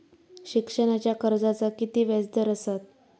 शिक्षणाच्या कर्जाचा किती व्याजदर असात?